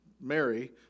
Mary